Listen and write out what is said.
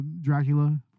Dracula